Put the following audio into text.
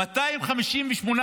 258